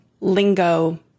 lingo